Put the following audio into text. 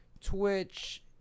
Twitch